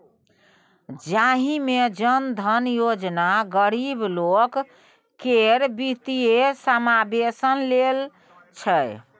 जाहि मे जन धन योजना गरीब लोक केर बित्तीय समाबेशन लेल छै